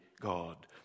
God